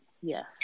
Yes